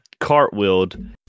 cartwheeled